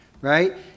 right